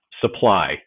supply